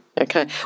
okay